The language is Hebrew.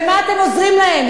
במה אתם עוזרים להם?